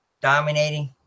dominating